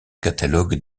catalogue